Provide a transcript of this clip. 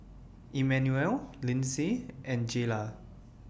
Emmanuel Lindsay and Jayla